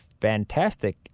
fantastic